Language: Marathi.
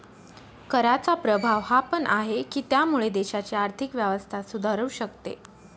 कराचा प्रभाव हा पण आहे, की त्यामुळे देशाची आर्थिक व्यवस्था सुधारू शकते